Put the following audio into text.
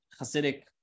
hasidic